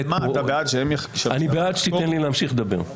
אתה בעד --- אני בעד שתיתן לי להמשיך לדבר.